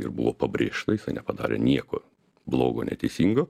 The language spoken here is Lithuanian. ir buvo pabrėžta jisai nepadarė nieko blogo neteisingo